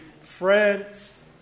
France